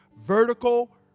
vertical